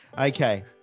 Okay